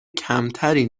کمتری